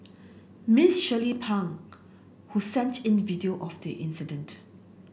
Miss Shirley Pang who sent in video of the incident